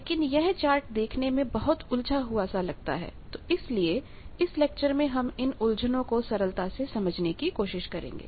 लेकिन यह चार्ट देखने में बहुत उलझा हुआ सा लगता है तो इसीलिए इस लेक्चर में हम इन उलझनों कोसरलता से समझने की कोशिश करेंगे